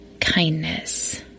kindness